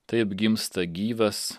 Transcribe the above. taip gimsta gyvas